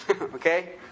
okay